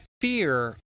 fear